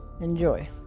enjoy